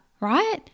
right